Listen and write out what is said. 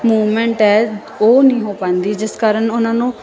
movement ਹੈ ਉਹ ਨਹੀਂ ਹੋ ਪਾਉਂਦੀ ਜਿਸ ਕਾਰਨ ਉਹਨਾਂ ਨੂੰ